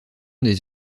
des